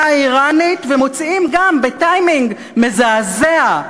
האיראנית ומוציאים גם בטיימינג מזעזע,